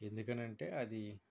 ఎందుకంటే అది